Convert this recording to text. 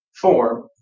form